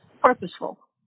purposeful